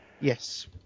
Yes